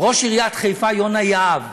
ראש עיריית חיפה יונה יהב